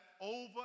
over